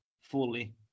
fully